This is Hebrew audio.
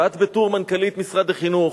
ואת, בתור מנכ"לית משרד החינוך